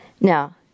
Now